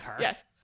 Yes